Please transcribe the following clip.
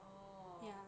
orh